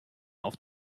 auf